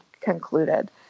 concluded